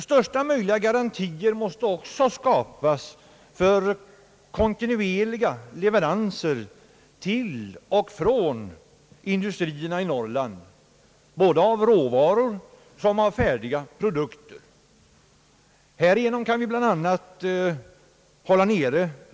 Största möjliga garantier måste också skapas för kontinuerliga leveranser till och från industrierna i Norrland av såväl råvaror som färdiga produkter. Härigenom kan bla.